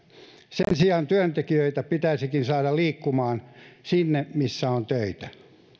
sen sijaan työntekijöitä pitäisikin saada liikkumaan sinne missä on töitä